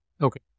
okay